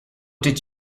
did